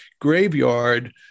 graveyard